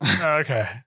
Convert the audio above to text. Okay